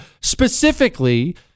Specifically